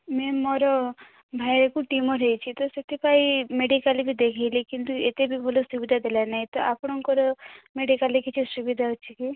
ma'am ମୋର ଭାଇକୁ tumour ହେଇଛି ତ ସେଥିପାଇଁ ମେଡିକାଲ୍ ବି ଦେଖାଇଲି କିନ୍ତୁ ଏତେ ବି ଭଲ ସୁବିଧା ଦେଲାନାହିଁ ତ ଆପଣଙ୍କର ମେଡିକାଲ୍ରେ କିଛି ସୁବିଧା ଅଛି କି